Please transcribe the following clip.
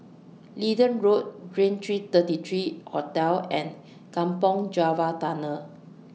Leedon Road Raintr thirty three Hotel and Kampong Java Tunnel